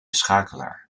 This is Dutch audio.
schakelaar